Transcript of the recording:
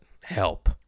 help